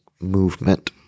movement